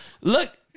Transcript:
Look